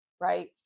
right